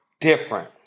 Different